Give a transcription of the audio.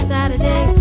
Saturday